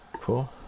cool